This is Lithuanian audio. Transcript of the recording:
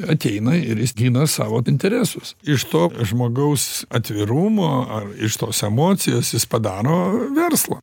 ateina ir jis gina savo interesus iš to žmogaus atvirumo ar iš tos emocijos jis padaro verslą